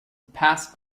pass